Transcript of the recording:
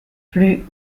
plus